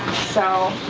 so,